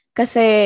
kasi